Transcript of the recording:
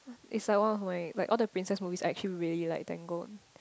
it like one where like all the princess movies are actually like Tangled